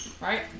Right